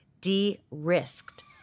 de-risked